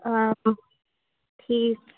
آ ٹھیٖک